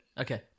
Okay